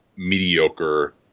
Mediocre